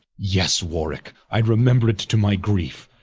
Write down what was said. yes warwicke, i remember it to my griefe,